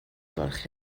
gwelwch